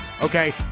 Okay